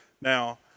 Now